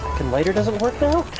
and lighter doesn't work now?